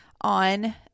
on